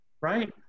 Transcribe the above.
right